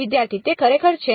વિદ્યાર્થી તે ખરેખર છે